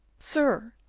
sir,